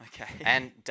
Okay